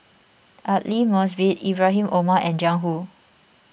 Aidli Mosbit Ibrahim Omar and Jiang Hu